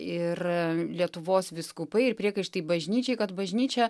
ir lietuvos vyskupai ir priekaištai bažnyčiai kad bažnyčia